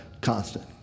constant